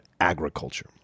agriculture